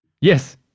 Yes